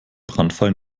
brandfall